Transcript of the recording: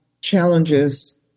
challenges